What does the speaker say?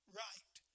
right